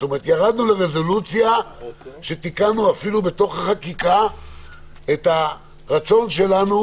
ירדנו לרזולוציה שתיקנו אפילו בתוך החקיקה את הרצון שלנו